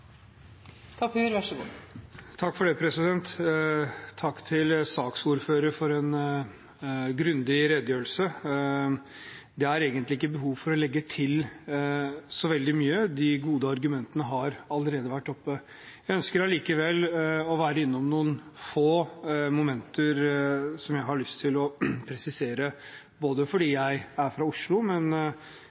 egentlig ikke behov for å legge til så veldig mye. De gode argumentene har allerede vært oppe. Jeg ønsker allikevel å være innom noen få momenter som jeg har lyst til å presisere, både fordi jeg er fra Oslo